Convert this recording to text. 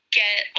get